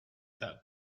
that